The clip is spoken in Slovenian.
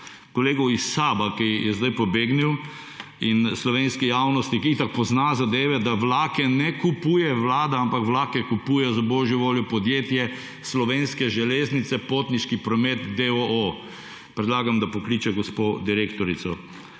kolegov iz SAB, ki je sedaj pobegnil in slovenski javnosti, ki itak pozna zadeve, da vlake ne kupuje Vlada, ampak vlake kupujejo za božjo voljo podjetje Slovenske železniške, potniški promet d. o. o. predlagam, da pokliče gospo direktorico.